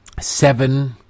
seven